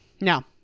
Now